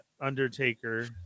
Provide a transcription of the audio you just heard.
Undertaker